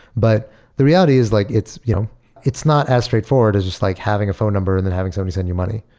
but the reality is like it's you know it's not as straightforward as just like having a phone number and then having somebody send you money,